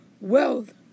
wealth